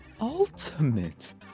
Ultimate